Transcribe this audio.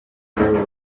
aribo